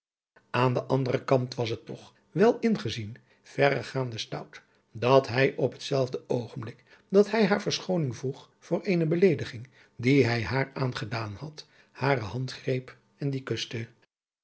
aan den anderen kant was het toch wel ingezien verregaande stout dat hij op het zelfde oogenblik dat hij haar verschooning vroeg voor eene beleediging die hij haar aangedaan had hare hand greep en die kuste